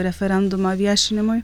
referendumo viešinimui